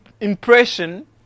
impression